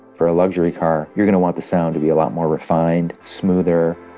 for a luxury car, you're going to want the sound to be a lot more refined, smoother,